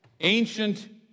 ancient